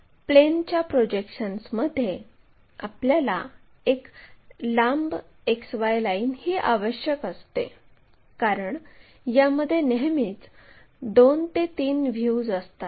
प्लेनच्या प्रोजेक्शन्समध्ये आपल्याला एक लांब XY लाईन ही आवश्यक असते कारण यामध्ये नेहमीच 2 3 व्ह्यूज असतात